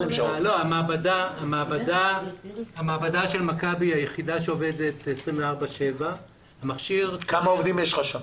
המעבדה של מכבי היא היחידה שעובדת 24/7. כמה עובדים יש לך שם?